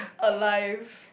alive